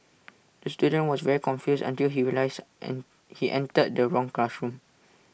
the student was very confused until he realised he entered the wrong classroom